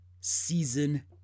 Season